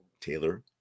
Taylor